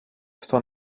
στο